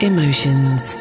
Emotions